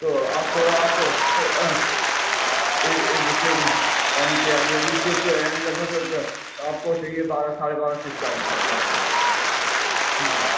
तो आपको आपको तो यानी लगभग आपको चाहिए बारह साढ़े बारह सौ सक्वायर फिट के आस पास हाँ